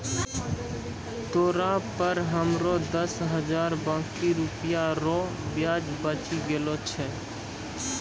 तोरा पर हमरो दस हजार बाकी रुपिया रो ब्याज बचि गेलो छय